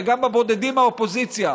וגם הבודדים מהאופוזיציה,